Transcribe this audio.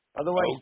Otherwise